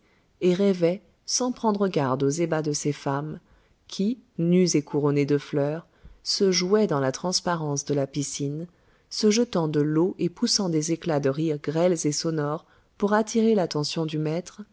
et rêvait sans prendre garde aux ébats de ses femmes qui nues et couronnées de fleurs se jouaient dans la transparence de la piscine se jetant de l'eau et poussant des éclats de rire grêles et sonores pour attirer l'attention du maître